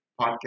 podcast